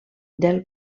del